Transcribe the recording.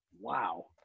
Wow